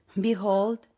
Behold